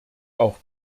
auch